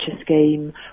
scheme